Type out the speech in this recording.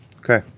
Okay